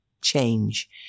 change